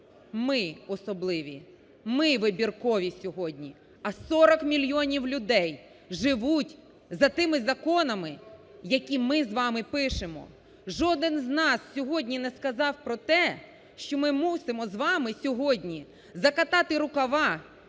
Ми особливі, ми вибіркові сьогодні, а 40 мільйонів людей живуть за тими законами, які ми з вами пишемо. Жоден з нас сьогодні не сказав про те, що ми мусимо з вами сьогодні закатати рукава